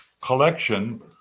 collection